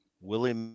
Willie